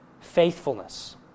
faithfulness